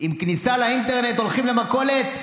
עם כניסה לאינטרנט הולכים למכולת?